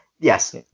yes